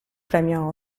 premio